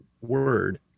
word